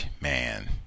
man